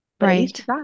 Right